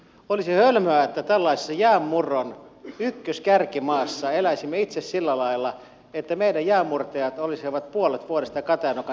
olisi hölmöä että tällaisessa jäänmurron ykköskärkimaassa eläisimme itse sillä lailla että meidän jäänmurtajat olisivat puolet vuodesta katajanokan satamassa käyttämättöminä